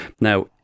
Now